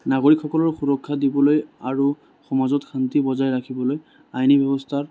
নাগৰীকসকলক সুৰক্ষা দিবলৈ আৰু সমাজত শান্তি বজাই ৰাখিবলৈ আইনী ব্যৱস্থাত